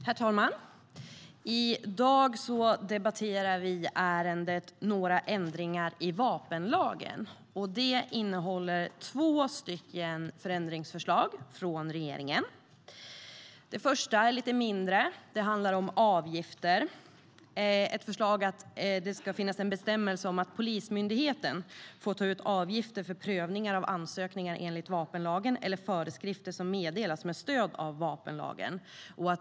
Herr talman! I dag debatterar vi ärendet Några ändringar i vapenlagen . Det innehåller två förändringsförslag från regeringen. Det första är lite mindre. Det handlar om avgifter. Det är ett förslag om att det ska finnas en bestämmelse om att Polismyndigheten får ta ut avgifter för prövningar av ansökningar enligt vapenlagen eller föreskrifter som meddelas med stöd av vapenlagen.